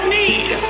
need